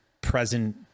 present